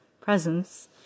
presence